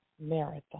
marathon